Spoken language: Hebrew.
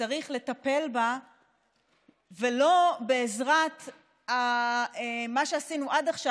וצריך לטפל בה ולא בעזרת מה שעשינו עד עכשיו.